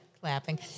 Clapping